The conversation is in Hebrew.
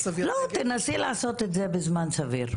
תנסי לעשות את זה בזמן סביר .